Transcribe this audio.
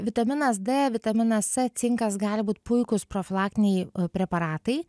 vitaminas d vitaminas c cinkas gali būt puikūs profilaktiniai preparatai